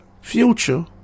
future